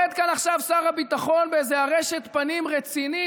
עומד כאן עכשיו שר הביטחון באיזה ארשת פנים רצינית,